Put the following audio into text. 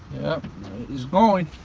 yep, it is going.